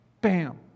bam